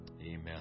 Amen